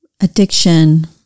addiction